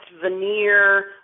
veneer